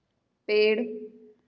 पेड़